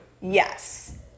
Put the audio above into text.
yes